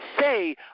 say